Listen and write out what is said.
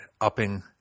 upping